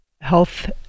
health